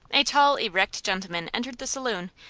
a tall, erect gentleman entered the saloon,